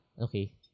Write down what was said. okay